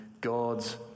God's